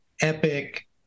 epic